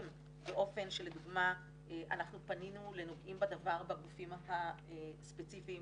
באופן שלדוגמא אנחנו פנינו לנוגעים בדבר בגופים הספציפיים